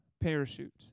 parachute